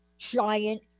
giant